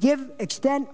give exten